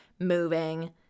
moving